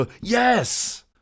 Yes